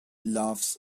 loves